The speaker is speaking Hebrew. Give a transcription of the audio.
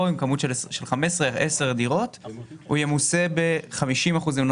עם כמות של 15 ו-10 דירות הוא ימוסה ב-50 אחוזים.